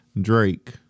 Drake